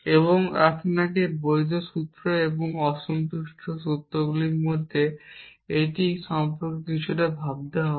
এবং আপনাকে বৈধ সূত্র এবং অসন্তুষ্ট সূত্রগুলির মধ্যে এটি সম্পর্কে কিছুটা ভাবতে হবে